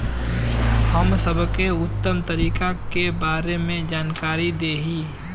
हम सबके उत्तम तरीका के बारे में जानकारी देही?